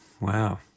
wow